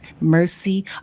mercy